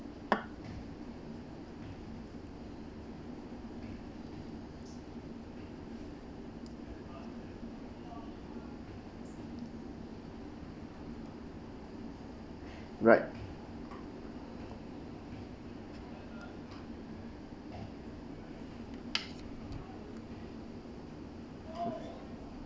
right